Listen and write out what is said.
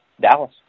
Dallas